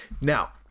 Now